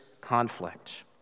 conflict